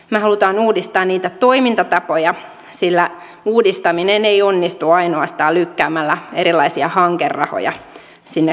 me haluamme uudistaa toimintatapoja sillä uudistaminen ei onnistu ainoastaan lykkäämällä erilaisia hankerahoja koulutuskentälle